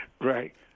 Right